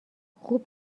خوب